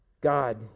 God